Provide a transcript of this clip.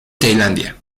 tailandia